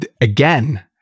Again